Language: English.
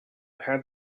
had